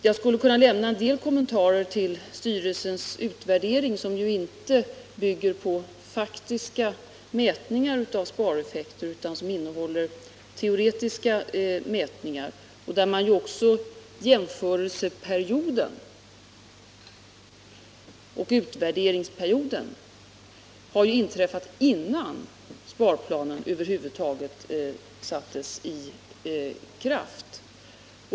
Jag skulle kunna lämna en del kommentarer till styrelsens utvärdering, som ju inte bygger på faktiska mätningar av spareffekter utan innehåller teoretiska mätningar. Dessutom har utvärderingsperioden inträffat innan sparplanen över huvud taget sattes i kraft.